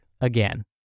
Again